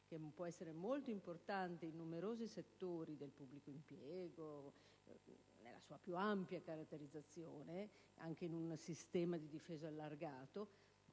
(che può essere molto importante in numerosi settori del pubblico impiego, nella sua più ampia caratterizzazione, anche in un sistema di difesa allargato)